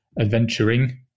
adventuring